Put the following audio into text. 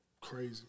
Crazy